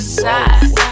side